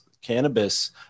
cannabis